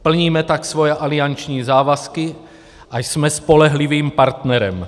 Plníme tak svoje alianční závazky a jsme spolehlivým partnerem.